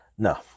No